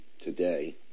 today